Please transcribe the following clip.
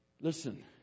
Listen